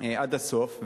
עד הסוף.